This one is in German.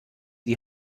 die